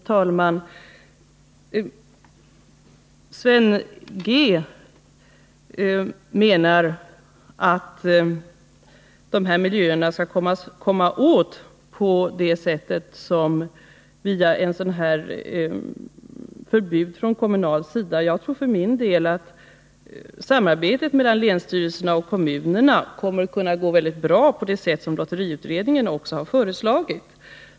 Förlåt, herr talman! Sven G. Andersson menar att man skulle kunna komma till rätta med dessa miljöer via förbud från kommunal sida. För min del tror jag att ett samarbete mellan länsstyrelserna och kommunerna kommer att fungera väldigt bra på det sätt som lotteriutredningen föreslagit.